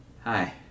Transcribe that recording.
Hi